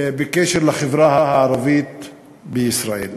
בקשר לחברה הערבית בישראל.